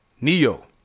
Neo